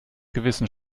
gewissen